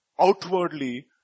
Outwardly